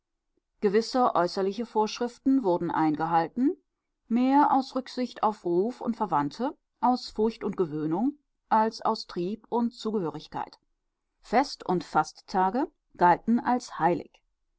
gewisse äußerliche vorschriften wurden eingehalten mehr aus rücksicht auf ruf und verwandte aus furcht und gewöhnung als aus trieb und zugehörigkeit fest und fasttage galten als heilig